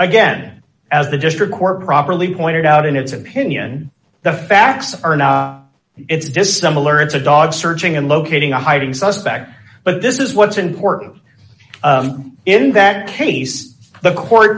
again as the district court properly pointed out in its opinion the facts are now it's dissimilar it's a dog searching in locating a hiding suspect but this is what's important in that case the court